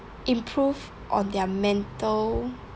improve on their mental